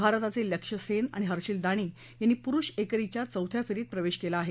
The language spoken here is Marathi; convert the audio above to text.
भारताचे लक्ष्य सेन आणि हर्षील दाणी यांनी पुरुष एकरीच्या चौथ्या फेरीत प्रवेश केला आहे